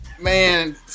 man